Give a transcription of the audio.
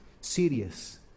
serious